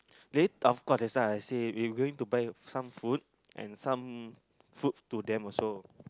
very tough call that's why I said we going to buy some food and some food to them also